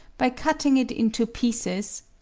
by cutting it into pieces,